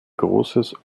großes